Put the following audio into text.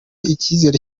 icyizero